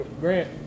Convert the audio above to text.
Grant